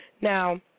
Now